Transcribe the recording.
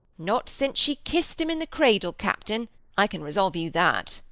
not since she kist him in the cradle, captain i can resolve you that.